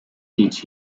each